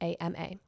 AMA